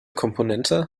komponente